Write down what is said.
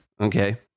okay